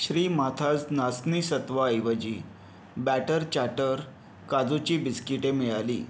श्रीमाथाज नाचणी सत्वाऐवजी batter chatter काजूची बिस्किटे मिळाली